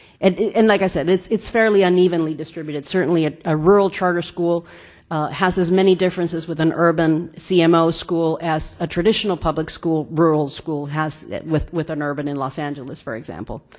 and like i said, it's it's fairly unevenly distributed. certainly a ah rural charter school has as many differences with an urban cmo school as a traditional public school rural school has with with an urban in los angeles, for example,